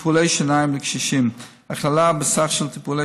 טיפולי שיניים לקשישים: הכללה בסל של טיפולי